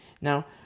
now